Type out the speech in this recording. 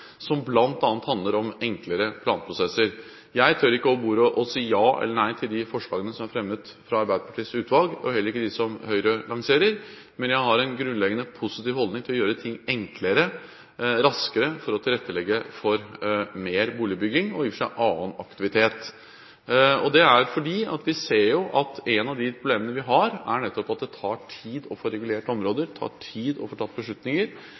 som bl.a. handler om enklere planprosesser. Jeg tør ikke over bordet si ja eller nei til de forslagene som er fremmet fra Arbeiderpartiets utvalg, og heller ikke til dem som Høyre lanserer. Men jeg har en grunnleggende positiv holdning til å gjøre ting enklere og raskere for å tilrettelegge for mer boligbygging – og i og for seg for annen aktivitet. Det er fordi vi ser at et av de problemene vi har, er at det tar tid å få regulert områder, det tar tid å få tatt beslutninger.